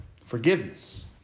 Forgiveness